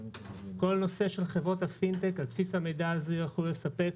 כל נושא של חברות הפינטק על בסיס המידע הזה יוכלו לספק